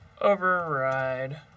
override